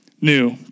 new